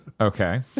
okay